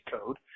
code